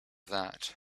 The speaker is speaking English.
that